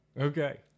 Okay